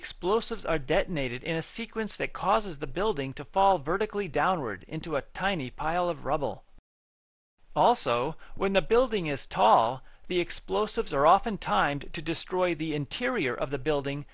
explosives are detonated in a sequence that causes the building to fall vertically downward into a tiny pile of rubble also when the building is tall the explosives are often timed to destroy the interior of the building